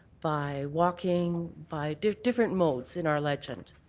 by walking, by different modes in our legend.